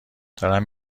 دارم